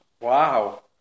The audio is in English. Wow